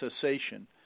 cessation